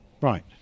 Right